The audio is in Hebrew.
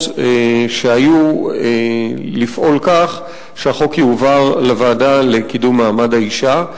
שהיו לפעול כך שהחוק יועבר לוועדה לקידום מעמד האשה.